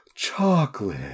chocolate